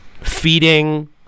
feeding